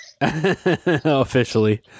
Officially